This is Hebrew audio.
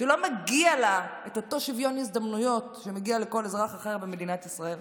שלא מגיע לה אותו שוויון הזדמנויות שמגיע לכל אזרח אחר במדינת ישראל,